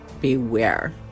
beware